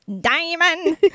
Diamond